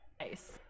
Nice